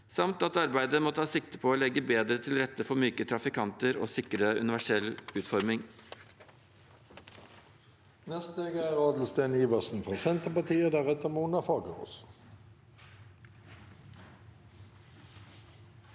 samt at arbeidet må ta sikte på å legge bedre til rette for myke trafikanter og sikre universell utforming.